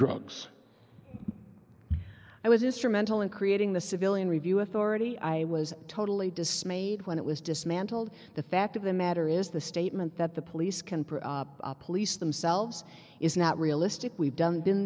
drugs i was instrumental in creating the civilian review authority i was totally dismayed when it was dismantled the fact of the matter is the statement that the police can police themselves is not realistic we've